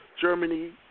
Germany